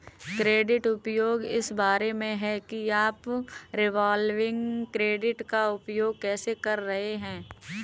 credit उपयोग इस बारे में है कि आप रिवॉल्विंग क्रेडिट का उपयोग कैसे कर रहे हैं